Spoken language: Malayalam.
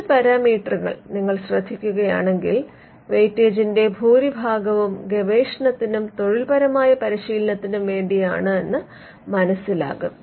അഞ്ച് പാരാമീറ്ററുകൾ നിങ്ങൾ ശ്രദ്ധിക്കയാണെങ്കിൽ വെയിറ്റേജിന്റെ ഭൂരിഭാഗവും ഗവേഷണത്തിനും തൊഴിൽപരമായ പരിശീലനത്തിനും വേണ്ടിയാണ് എന്ന് മനസിലാകും